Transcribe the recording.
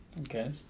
Okay